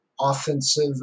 offensive